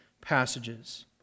passages